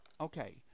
Okay